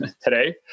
today